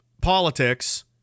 politics